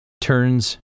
turns